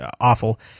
awful